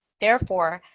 therefore,